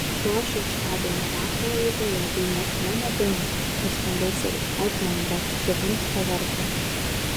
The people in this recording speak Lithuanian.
šio šeštadienio vakaro laidoje dainuok mano dainą nuskambės ir edmondo čivinsko vardas